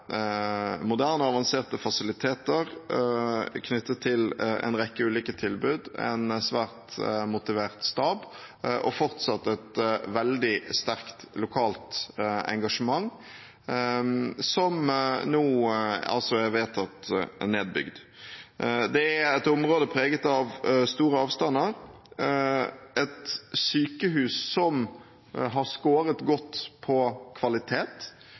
moderne og avanserte fasiliteter knyttet til en rekke ulike tilbud, en svært motivert stab og fortsatt et veldig sterkt lokalt engasjement som nå altså er vedtatt nedbygd. Det er et område preget av store avstander og et sykehus som har skåret godt på kvalitet,